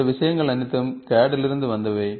இந்த விஷயங்கள் அனைத்தும் CAD இலிருந்து வந்தவை